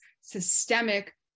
systemic